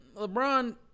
LeBron